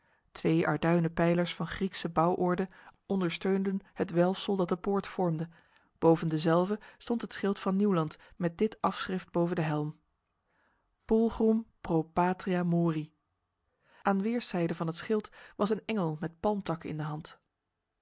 twee arduinen pijlers van griekse bouworde ondersteunden het welfsel dat de poort vormde boven dezelve stond het schild van nieuwland met dit afschrift boven de helm pulchrum pro patria mori aan weerszijden van het schild was een engel met palmtakken in de hand